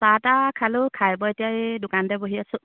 চাহ তাহ খালোঁ খাই বৈ এতিয়া এই দোকানতে বহি আছোঁ